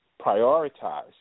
prioritize